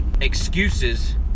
excuses